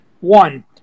One